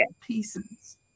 pieces